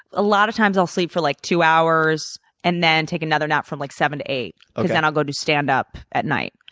a lot of times i'll sleep for, like, two hours and then take another nap from like seven to eight because ah then i'll go do standup at night.